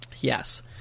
Yes